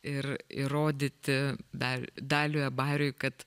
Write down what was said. ir įrodyti dar daliui abariui kad